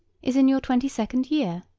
is in your twenty-second year